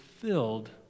filled